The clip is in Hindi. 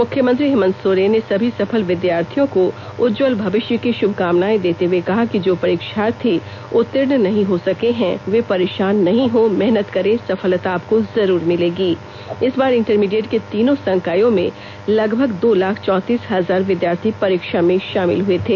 मुख्यमंत्री हेमन्त सोरेन ने सभी सफल विद्यार्थियों को उज्जवल भविष्य की शुभकामनाएं देते हुए कहा कि जो परीक्षार्थी उतीर्ण नहीं हो सके हैं वे परेशान नहीं हो मेहतन करें सफलता आपको जरुर मिलेगी इस बार इंटरमीडिएट के तीनों संकायों में लगभग दो लाख चौतीस हजार विद्यार्थी परीक्षा में शामिल हुए थे